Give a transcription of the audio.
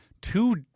two